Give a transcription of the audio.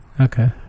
Okay